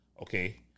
Okay